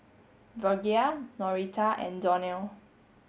Virgia Norita and Donell